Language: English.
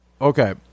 Okay